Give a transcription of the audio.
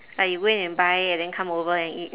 like you go and buy and then come over and eat